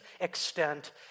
extent